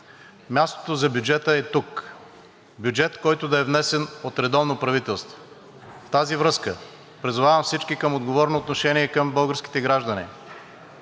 мястото за бюджета е тук – бюджет, който да е внесен от редовно правителство. Призовавам всички към отговорно отношение към българските граждани